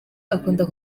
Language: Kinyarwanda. akunda